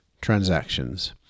transactions